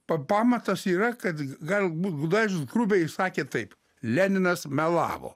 pa pamatas yra kad galbūt gudavičius grubiai sakė taip leninas melavo